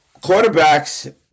Quarterbacks